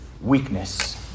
weakness